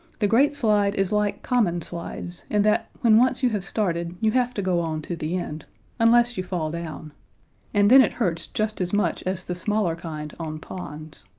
the great slide is like common slides in that when once you have started you have to go on to the end unless you fall down and then it hurts just as much as the smaller kind on ponds.